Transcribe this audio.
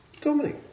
Dominic